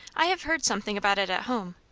i have heard something about it at home.